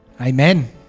Amen